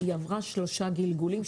הצעת החוק עברה שלושה גלגולים,